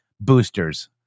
boosters